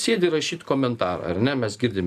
sėdi rašyt komentarą ar ne mes girdim